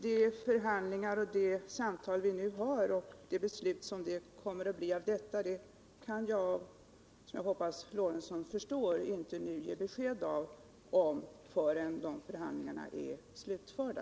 De förhandlingar och de samtal vi nu har och de beslut som kommer att följa av dem kan jag, som jag hoppas herr Lorentzon förstår, inte ge besked om förrän förhandlingarna är slutförda.